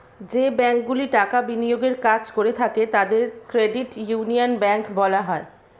যে ব্যাঙ্কগুলি টাকা বিনিয়োগের কাজ করে থাকে তাদের ক্রেডিট ইউনিয়ন ব্যাঙ্ক বলা হয়